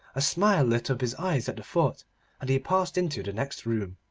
a smile lit up his eyes at the thought, and he passed into the next room.